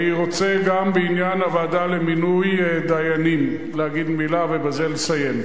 אני רוצה גם בעניין הוועדה למינוי דיינים להגיד מלה ובזה לסיים.